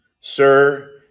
Sir